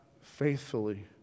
faithfully